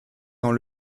dans